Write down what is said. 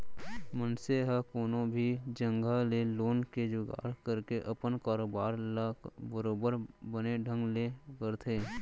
मनसे ह कोनो भी जघा ले लोन के जुगाड़ करके अपन कारोबार ल बरोबर बने ढंग ले करथे